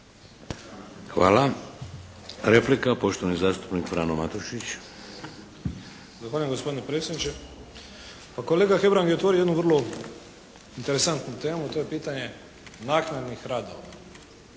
Hvala. Replika, poštovani zastupnik Frano Matušić. **Matušić, Frano (HDZ)** Zahvaljujem gospodine predsjedniče. Pa kolega Hebrang je otvorio jednu vrlo interesantnu temu, a to je pitanje naknadnih radova.